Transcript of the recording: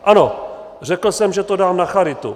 Ano, řekl jsem, že to dám na charitu.